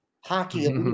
hockey